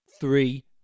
three